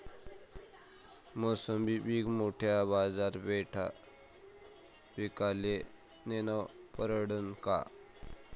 मोसंबी पीक मोठ्या बाजारपेठेत विकाले नेनं परवडन का?